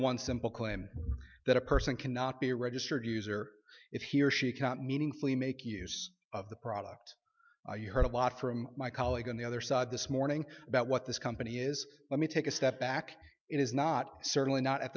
one simple claim that a person cannot be a registered user if he or she cannot meaningfully make use of the product i heard a lot from my colleagues on the other side this morning about what this company is let me take a step back it is not certainly not at